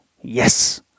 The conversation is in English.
Yes